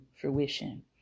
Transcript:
fruition